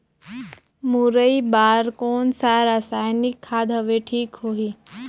मुरई बार कोन सा रसायनिक खाद हवे ठीक होही?